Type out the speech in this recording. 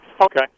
Okay